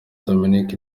dominic